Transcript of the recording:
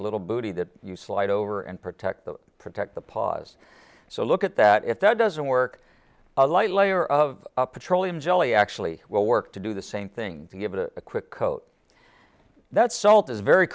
a little booty that you slide over and protect the protect the paws so look at that if that doesn't work a light layer of petroleum jelly actually will work to do the same thing to give it a quick coat that